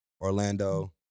Orlando